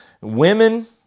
women